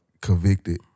convicted